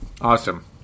Awesome